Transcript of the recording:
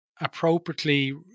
appropriately